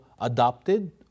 adopted